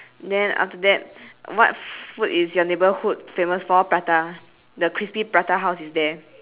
then after that what food is your neighbourhood famous for prata the crispy prata house is there